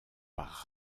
par